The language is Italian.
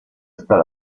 stata